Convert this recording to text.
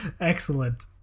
Excellent